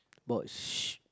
about sh~